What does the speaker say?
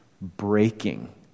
breaking